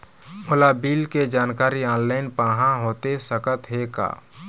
मोला बिल के जानकारी ऑनलाइन पाहां होथे सकत हे का?